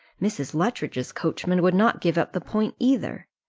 mrs. luttridge's coachman would not give up the point either.